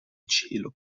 cielo